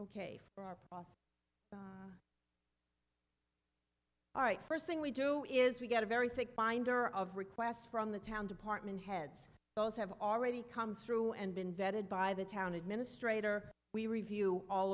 ok for are off all right first thing we do is we get a very thick binder of requests from the town department heads those have already come through and been vetted by the town administrator we review all